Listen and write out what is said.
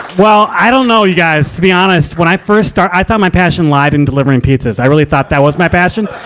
well, i don't know, you guys. to be honest, when i first start, i thought my passion lied in delivering pizzas. i really thought that was my passion.